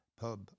pub